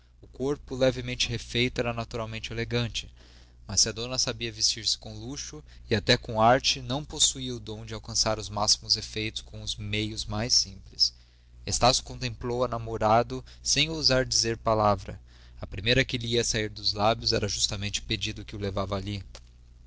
o corpo levemente refeito era naturalmente elegante mas se a dona sabia vestir-se com luxo e até com arte não possuía o dom de alcançar os máximos efeitos com os meios mais simples estácio contemplou-a namorado sem ousar dizer palavra a primeira que lhe ia sair dos lábios era justamente o pedido que o levava